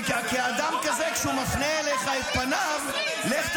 אתה הרבצת לשוטר.